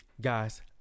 Guys